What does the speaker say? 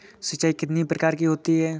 सिंचाई कितनी प्रकार की होती हैं?